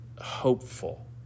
hopeful